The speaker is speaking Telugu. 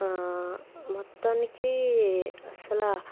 మొత్తానికి అసలు